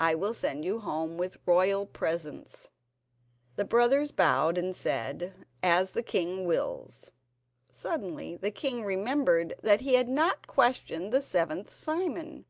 i will send you home with royal presents the brothers bowed and said as the king wills suddenly the king remembered that he had not questioned the seventh simon,